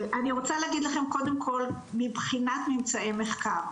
אני רוצה להגיד לכם קודם כל מבחינת ממצאי מחקר,